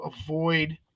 avoid